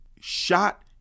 shot